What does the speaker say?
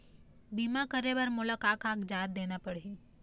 बीमा करे बर मोला का कागजात देना पड़ही?